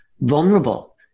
vulnerable